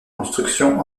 construction